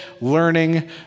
learning